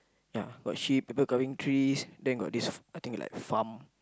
yeah got sheep people cutting trees then got this I think like farm